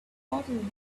automatic